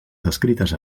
descrites